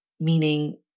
meaning